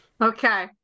Okay